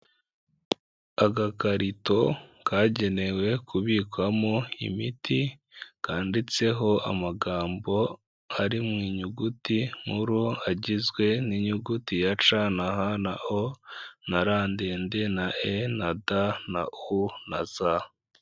Agakarito kagenewe kubikwamo imiti, kanditseho amagambo ari mu nyuguti nkuru, agizwe n'inyuguti ya ca na ha na o na ra ndende na e na da na u na za.